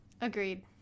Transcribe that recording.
agreed